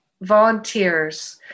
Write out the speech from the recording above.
Volunteers